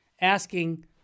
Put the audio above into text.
asking